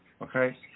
Okay